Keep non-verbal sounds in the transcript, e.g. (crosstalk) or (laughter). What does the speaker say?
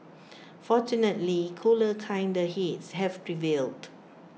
(noise) fortunately cooler kinder heads have prevailed